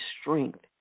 strength